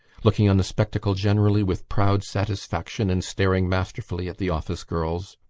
looking on the spectacle generally with proud satisfaction and staring masterfully at the office-girls.